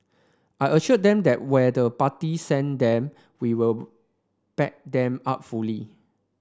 I assured them that where the party send them we will back them up fully